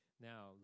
Now